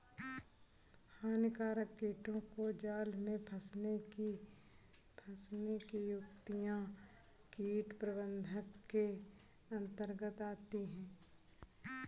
हानिकारक कीटों को जाल में फंसने की युक्तियां कीट प्रबंधन के अंतर्गत आती है